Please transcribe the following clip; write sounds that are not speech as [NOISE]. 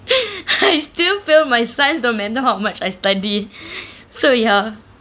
[LAUGHS] I still fail my science no matter how much I study [BREATH] so ya